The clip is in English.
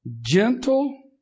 gentle